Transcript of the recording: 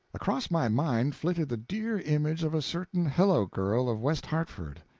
across my mind flitted the dear image of a certain hello-girl of west hartford,